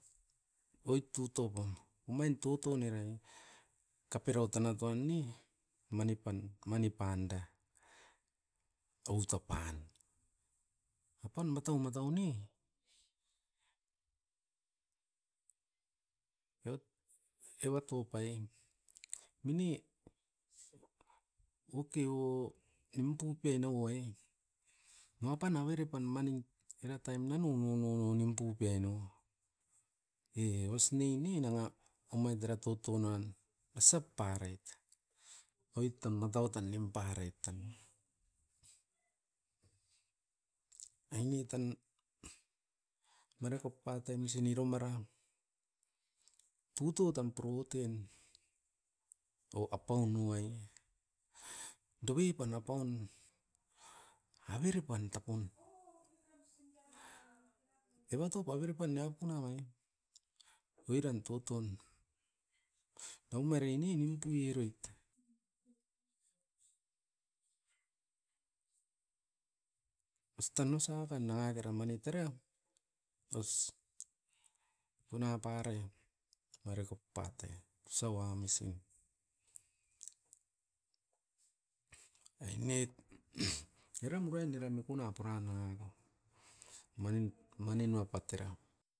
Oit tuto pam, omain toto nerain kaperau tanat toan ne mani pan, mani panda, tauto pan, apan matau-matau ne. Eva top ai, mine ok o nimpupe nu'ai nanga pan avere pan mani era taim na no-no-no-no nimpu peai no, e osne ne nanga omain tara toto nan asap parait. Oit tan matau tan nimparaiet tan, aine tan a marekop pa taim sinero meram tutou tan pruouten, ou apaun nuai dovipan apaun avere pan tapon. Evatop avere pan niapun amai oiran tutun, daumareini nimpuieroit. Os tan osa tan nanga kera manit era os tuna parai, marekop patei osau amisin. Aine eram uraim era mikuna pura noa no, mani noa pat era.